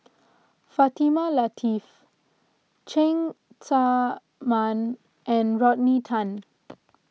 Fatimah Lateef Cheng Tsang Man and Rodney Tan